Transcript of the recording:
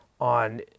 on